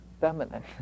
feminine